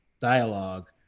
dialogue